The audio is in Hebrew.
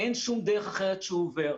אין שום דרך אחרת שהוא עובר.